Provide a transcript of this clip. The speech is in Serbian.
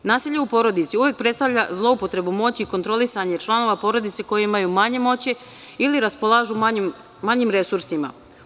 Nasilje u porodici uvek predstavlja zloupotrebu moći, kontrolisanje članova porodice koji imaju manje moći ili raspolažu manjim resursima.